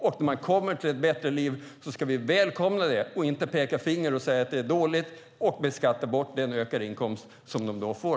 När de kommer till ett bättre liv ska vi välkomna det och inte peka finger, säga att det är dåligt och beskatta bort den ökade inkomsten som de då får.